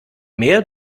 mehr